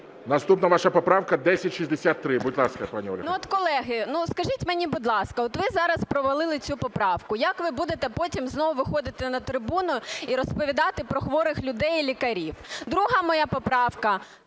Наступна ваша поправка 1063. Будь ласка, пані Ольго.